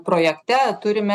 projekte turime